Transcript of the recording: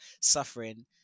suffering